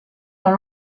dans